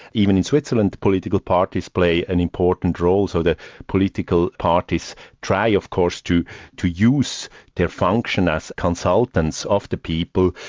even in switzerland political parties play an important role, so the political parties try of course to to use their function as consultants of the people,